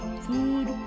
food